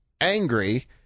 angry